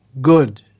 good